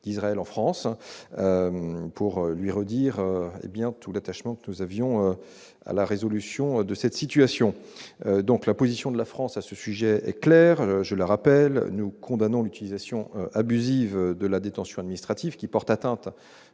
d'Israël en France pour lui redire tout notre attachement à la résolution de cette situation. La position de la France à ce sujet est claire, et je la rappelle : nous condamnons l'utilisation abusive de la détention administrative, qui porte atteinte